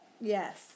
Yes